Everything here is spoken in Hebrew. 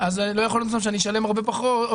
אז לא יכול להיות שאני אשלם יותר מאשר